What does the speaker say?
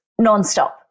nonstop